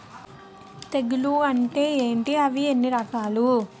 తెగులు అంటే ఏంటి అవి ఎన్ని రకాలు?